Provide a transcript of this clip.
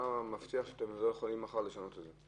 מה מבטיח שמחר אתם לא תוכלו לשנות את זה?